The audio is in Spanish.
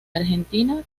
argentina